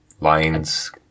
lines